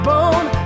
Bone